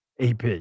AP